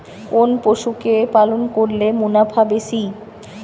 কোন পশু কে পালন করলে মুনাফা বেশি?